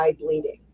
bleeding